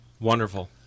Wonderful